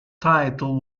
title